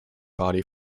body